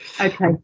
Okay